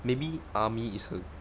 maybe army is a